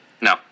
No